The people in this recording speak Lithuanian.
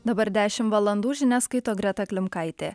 dabar dešimt valandų žinias skaito greta klimkaitė